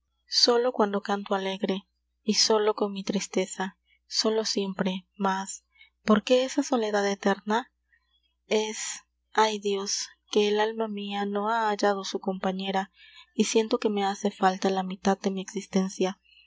solo cuando canto alegre y solo con mi tristeza solo siempre mas por qué esa soledad eterna es ay dios que el alma mia no ha hallado su compañera y siento que me hace falta la mitad de mi existencia